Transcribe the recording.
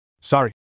Sorry